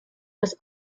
was